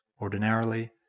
Ordinarily